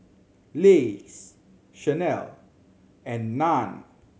Lays Chanel and Nan